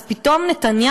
אז פתאום נתניהו,